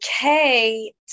okay